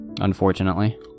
Unfortunately